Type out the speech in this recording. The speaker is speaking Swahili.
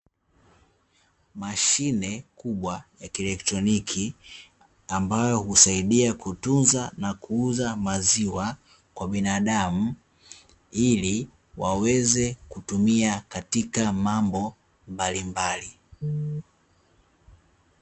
Mashine kubwa ya kieletroniki ambayo husaidia kutunza na kuuza maziwa kwa binadamu, ili waweze kutumia katika mambo mbalimbali.